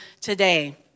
today